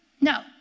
No